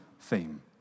theme